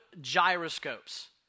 gyroscopes